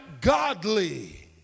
godly